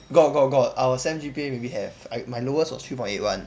got got got our sem G_P_A maybe have I my lowest was three point eight one